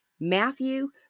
Matthew